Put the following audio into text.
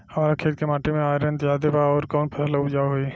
हमरा खेत के माटी मे आयरन जादे बा आउर कौन फसल उपजाऊ होइ?